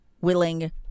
willing